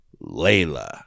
layla